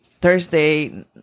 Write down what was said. Thursday